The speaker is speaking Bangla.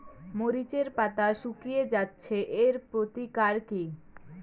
মরিচের পাতা শুকিয়ে যাচ্ছে এর প্রতিকার কি?